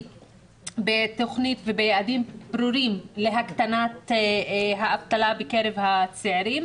בתוכנית וביעדים ברורים להקטנת האבטלה בקרב הצעירים,